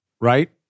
right